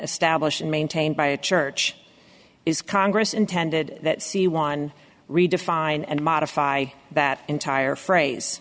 established and maintained by the church is congress intended that see one redefine and modify that entire phrase